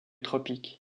tropiques